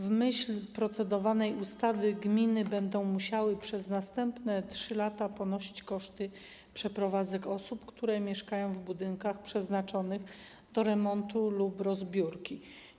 W myśl procedowanej ustawy gminy będą musiały przez następne 3 lata ponosić koszty przeprowadzek osób, które mieszkają w budynkach przeznaczonych do remontu lub rozbiórki.